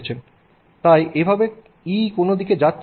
সুতরাং এভাবে E কোনও দিকে যাচ্ছে